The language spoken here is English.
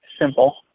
simple